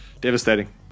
devastating